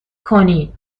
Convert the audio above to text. کنین